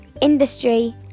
industry